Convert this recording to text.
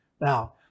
Now